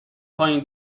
پایین